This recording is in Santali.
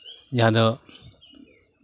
ᱡᱟᱦᱟᱸ ᱫᱚ